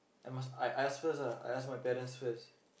I must I I ask first ah I ask my parents first